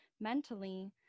mentally